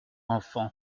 enfant